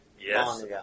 Yes